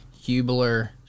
Hubler